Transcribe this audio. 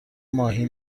ماهی